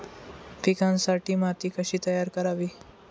पिकांसाठी माती कशी तयार करावी?